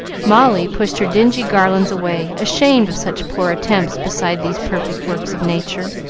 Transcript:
molly pushed her dingy garlands away, ashamed of such poor attempts beside these perfect works of nature,